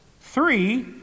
Three